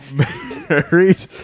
married